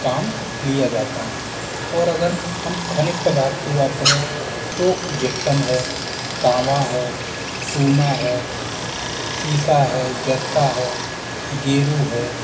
काम लिया जाता है और अगर हम खनिज पदार्थ की बात करें तो जिप्सम है तांबा है चूना है सीसा है जस्ता है गेरू है